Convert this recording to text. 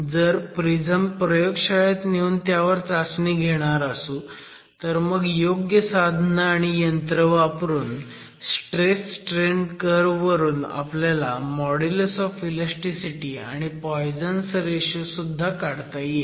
जर प्रिझम प्रयोगशाळेत नेऊन त्यावर चाचणी घेणार असू तर मग योग्य साधनं आणि यंत्रं वापरून स्ट्रेस स्ट्रेन कर्व्ह वरून आपल्याला मॉड्युलस ऑफ ईलॅस्टीसिटी आणि पोयझन्स रेशो पण काढता येईल